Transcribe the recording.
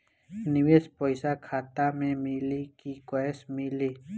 निवेश पइसा खाता में मिली कि कैश मिली?